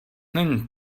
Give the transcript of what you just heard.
není